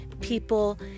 people